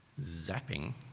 zapping